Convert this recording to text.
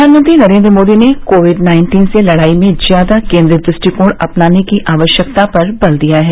प्रधानमंत्री नरेंद्र मोदी ने Covid nineteen से लड़ाई में ज्यादा केंद्रित दृष्टिकोण अपनाने की आवश्यकता पर बल दिया है